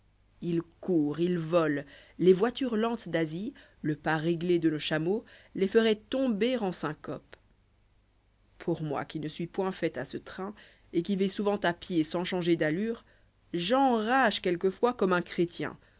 ils courent ils volent les voitures lentes d'asie le pas réglé de nos chameaux les feroient tomber en syncope pour moi qui ne suis point fait à ce train et qui vais souvent à pied sans changer d'allure j'enrage quelquefois comme un chrétien